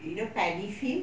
you know paddy field